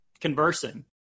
conversing